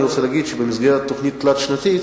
אני רוצה להגיד שבמסגרת התוכנית התלת-שנתית